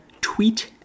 Tweet